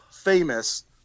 famous